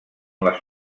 les